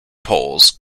poles